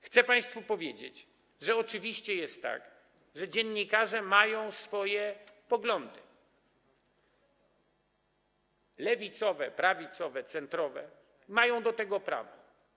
Chcę państwu powiedzieć, że oczywiście jest tak, że dziennikarze mają swoje poglądy, lewicowe, prawicowe, centrowe, i mają do tego prawo.